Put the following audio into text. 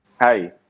Hi